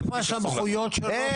איפה הסמכויות של ראש העיר?